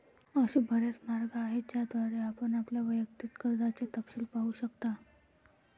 असे बरेच मार्ग आहेत ज्याद्वारे आपण आपल्या वैयक्तिक कर्जाचे तपशील पाहू शकता